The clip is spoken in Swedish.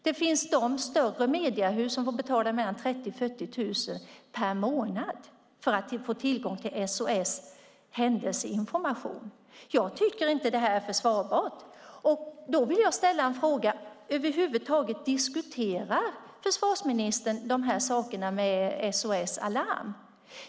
Det finns större mediehus som får betala 30 000-40 000 kronor per månad för att få tillgång till SOS Alarms Händelseinformation. Jag tycker inte att det är försvarbart. Jag vill ställa en fråga: Diskuterar försvarsministern de här sakerna med SOS Alarm?